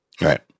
Right